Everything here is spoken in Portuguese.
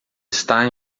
está